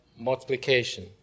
Multiplication